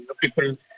people